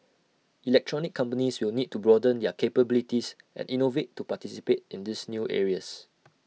electronics companies will need to broaden their capabilities and innovate to participate in these new areas